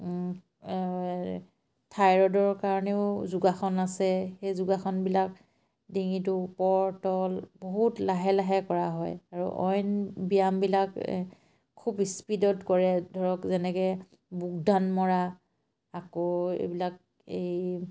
থাইৰইডৰ কাৰণেও যোগাসন আছে সেই যোগাসনবিলাক ডিঙিটো ওপৰ তল বহুত লাহে লাহে কৰা হয় আৰু অইন ব্যায়ামবিলাক খুব স্পীডত কৰে ধৰক যেনেকৈ বুকদান মৰা আকৌ এইবিলাক এই